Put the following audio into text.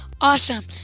awesome